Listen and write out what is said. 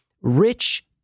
Rich